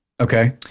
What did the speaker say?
Okay